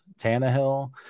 Tannehill